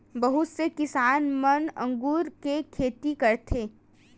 बहुत से किसान मन अगुर के खेती करथ